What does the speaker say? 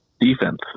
Defense